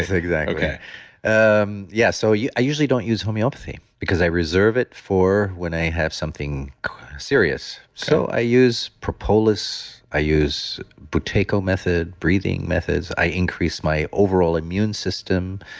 exactly okay um yeah. so i usually don't use homeopathy because i reserve it for when i have something serious. so i use propolis, i use buteyko method, breathing methods, i increase my overall immune system,